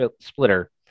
splitter